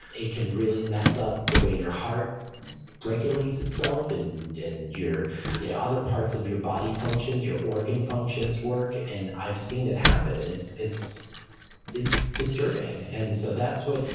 it can really mess up the way your heart regulates itself and and your yeah other parts of your body functions, your organ functions work. and i've seen it happen. and it's it's disturbing. and so that's what,